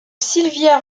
sylvia